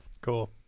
Cool